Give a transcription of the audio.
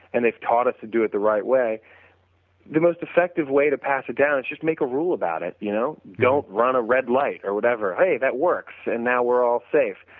and they've taught us to do it the right way the most effective way to pass it down is just make a rule about it, you know. don't run a red light or whatever. hey, that works and now we're all safe.